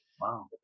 Wow